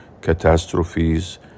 catastrophes